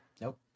nope